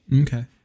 okay